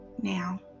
now